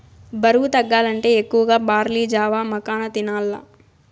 బరువు తగ్గాలంటే ఎక్కువగా బార్లీ జావ, మకాన తినాల్ల